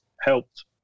helped